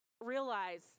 realize